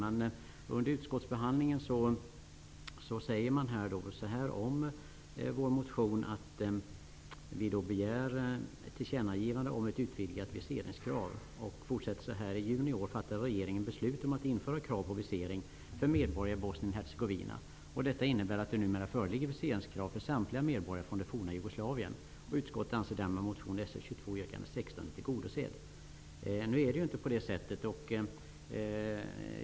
I betänkandet står det att motionärerna begär ett tillkännagivande om ett utvidgat viseringskrav, men sedan skrivs det: ''I juni i år fattade regeringen beslut om att införa krav på visering för medborgare i Bosnien-Hercegovina. Detta innebär att det numera föreligger viseringskrav för samtliga medborgare från det forna Jugoslavien. Utskottet anser därmed att motion Sf22 yrkande 16 är tillgodosedd.'' Detta stämmer inte.